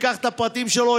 ייקח את הפרטים שלו,